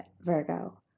Virgo